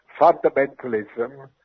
fundamentalism